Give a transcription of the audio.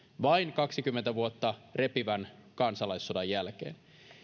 vain kaksikymmentä vuotta repivän kansalaissodan jälkeen